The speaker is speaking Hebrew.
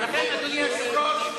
אדוני היושב-ראש,